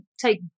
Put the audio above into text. take